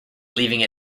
leaving